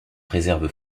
réserve